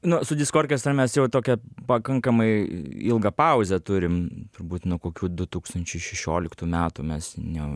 nu su diskorkestra mes jau tokią pakankamai ilgą pauzę turim turbūt nuo kokių du tūkstančiai šešioliktų metų mes ne